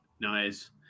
Nice